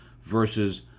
versus